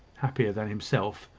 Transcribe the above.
happier than himself,